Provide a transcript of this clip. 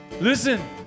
Listen